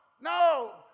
no